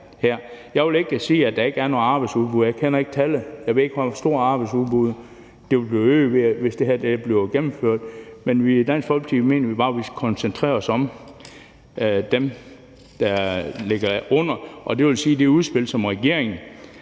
Jeg vil ikke sige, at der ikke er noget arbejdsudbud i det her. Jeg kender ikke tallet, og jeg ved ikke, hvor meget arbejdsudbuddet vil blive øget, hvis det her bliver gennemført. Men i Dansk Folkeparti mener vi bare, at vi skal koncentrere os om dem, der tjener under det beløb. Og det vil sige, at det udspil, som regeringen